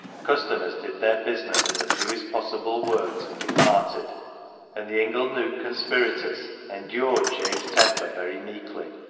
customers did their business in the fewest possible words and departed and the ingle-nook conspirators endured jabe's temper very meekly,